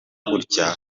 gutya